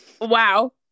Wow